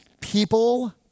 People